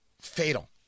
fatal